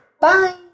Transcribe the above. Bye